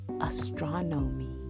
Astronomy